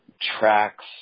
tracks